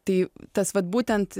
tai tas vat būtent